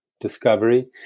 Discovery